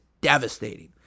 devastating